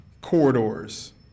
corridors